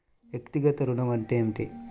వ్యక్తిగత ఋణం అంటే ఏమిటి?